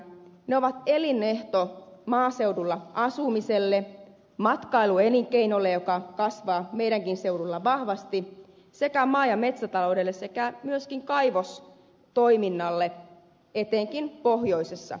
ne ovat elinehto maaseudulla asumiselle matkailuelinkeinolle joka kasvaa meidänkin seudulla vahvasti sekä maa ja metsätaloudelle sekä myöskin kaivostoiminnalle etenkin pohjoisessa suomessa